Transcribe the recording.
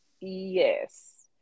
Yes